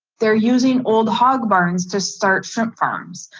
they're using old hog barns to start shrimp farms.